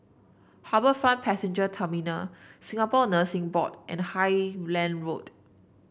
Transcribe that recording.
HarbourFront Passenger Terminal Singapore Nursing Board and Highland Road